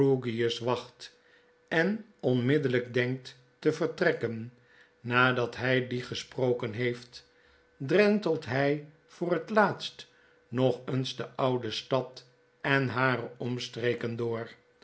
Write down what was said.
wacht en onmiddellijk denkt te vertrekken nadat hij dien gesproken heeft drentelt hij voor het laatst nog eens de oude stad en hare omstreken door